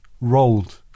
rolled